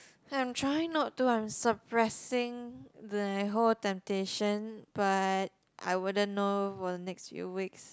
I'm trying not to I'm suppressing the whole temptation but I wouldn't know for the next few weeks